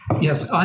Yes